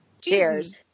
Cheers